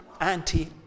anti